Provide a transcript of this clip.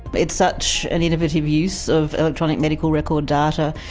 it's such an innovative use of electronic medical record data,